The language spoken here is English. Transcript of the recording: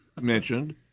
mentioned